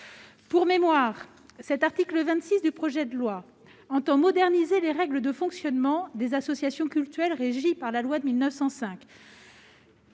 le rappelle, cet article du projet de loi entend moderniser les règles de fonctionnement des associations cultuelles régies par la loi de 1905.